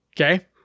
Okay